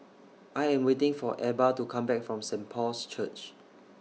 I Am waiting For Ebba to Come Back from Saint Paul's Church